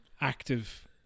active